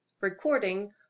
Recording